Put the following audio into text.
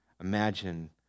Imagine